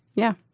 yeah.